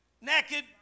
naked